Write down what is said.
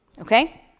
Okay